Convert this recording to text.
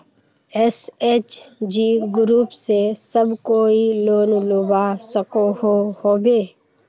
SHG group से सब कोई लोन लुबा सकोहो होबे?